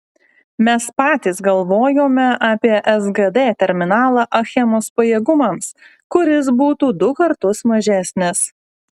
mes patys galvojome apie sgd terminalą achemos pajėgumams kuris būtų du kartus mažesnis